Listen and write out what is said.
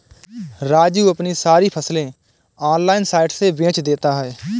राजू अपनी सारी फसलें ऑनलाइन साइट से बेंच देता हैं